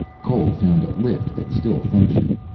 cole found a lift that still functioned.